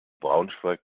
braunschweig